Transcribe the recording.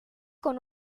con